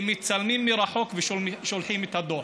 הם מצלמים מרחוק ושולחים את הדוח.